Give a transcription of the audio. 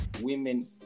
women